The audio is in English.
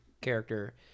character